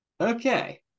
Okay